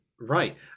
Right